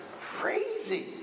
crazy